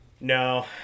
No